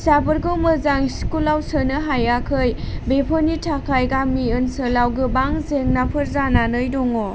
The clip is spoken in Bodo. फिसाफोरखौ मोजां स्कुलाव सोनो हायाखै बेफोरनि थाखाय गामि ओनसोलाव गोबां जेंनाफोर जानानै दङ